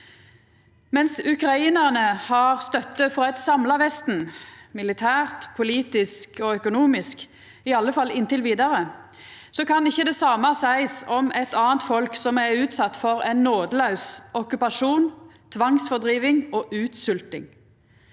Mens ukrainarane har støtte frå eit samla Vesten, militært, politisk og økonomisk, i alle fall inntil vidare, kan ikkje det same seiast om eit anna folk som er utsett for ein nådelaus okkupasjon, tvangsfordriving og utsvelting.